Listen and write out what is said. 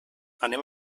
anem